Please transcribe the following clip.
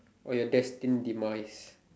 or your destined demise